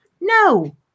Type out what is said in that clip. No